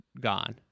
gone